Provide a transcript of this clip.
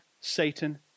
Satan